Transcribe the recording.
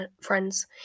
friends